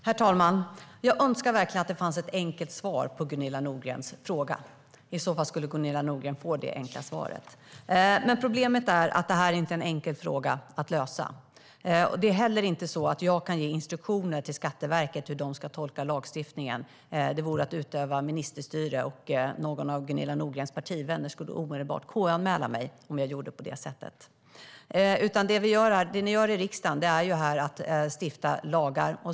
Herr talman! Jag önskar verkligen att det fanns ett enkelt svar på Gunilla Nordgrens fråga. I så fall skulle Gunilla Nordgren få det enkla svaret. Problemet är att det här inte är någon enkel fråga att lösa. Det är inte heller så att jag kan ge instruktioner till Skatteverket om hur de ska tolka lagstiftningen. Det vore att utöva ministerstyre, och någon av Gunilla Nordgrens partivänner skulle omedelbart KU-anmäla mig om jag gjorde på det sättet. Det ni gör i riksdagen är att stifta lagar.